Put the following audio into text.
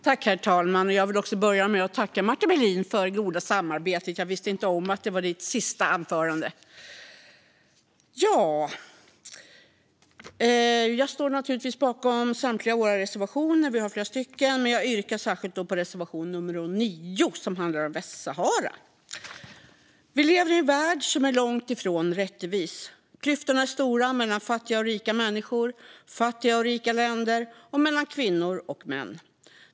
Herr talman! Jag vill börja med att tacka Martin Melin för det goda samarbetet. Jag visste inte att det var hans sista anförande här. Jag står naturligtvis bakom samtliga våra reservationer - vi har flera stycken. Men jag yrkar bifall bara till reservation nummer 9, som handlar om Västsahara. Vi lever i en värld som är långt ifrån rättvis. Klyftorna är stora mellan fattiga och rika människor, mellan fattiga och rika länder och mellan kvinnor och män.